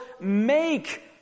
make